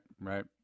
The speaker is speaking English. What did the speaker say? right